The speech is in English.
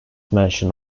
mansion